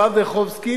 הרב דיכובסקי,